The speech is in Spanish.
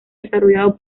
desarrollado